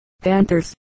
panthers